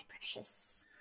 precious